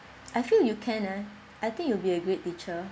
I feel you can uh I think you will be a good teacher